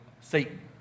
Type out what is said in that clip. Satan